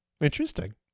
interesting